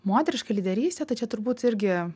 moteriška lyderystė tai čia turbūt irgi